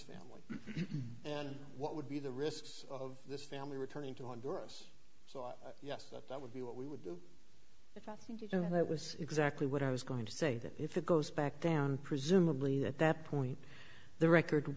family and what would be the risks of this family returning to honduras so yes that that would be what we would do if i think you know that was exactly what i was going to say that if it goes back down presumably at that point the record